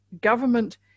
government